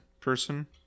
person